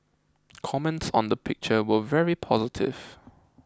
comments on the picture were very positive